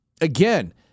again